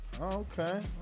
Okay